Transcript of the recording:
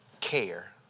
care